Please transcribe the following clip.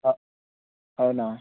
అవునా